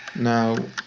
now,